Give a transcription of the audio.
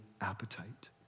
appetite